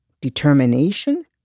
determination